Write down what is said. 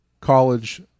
college